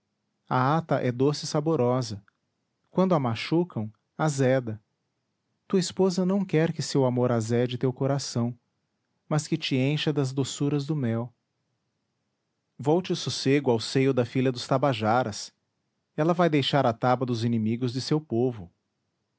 a ata é doce e saborosa quando a machucam azeda tua esposa não quer que seu amor azede teu coração mas que te encha das doçuras do mel volte o sossego ao seio da filha dos tabajaras ela vai deixar a taba dos inimigos de seu povo